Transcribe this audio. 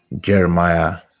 Jeremiah